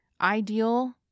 ideal